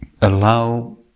allow